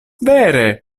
vere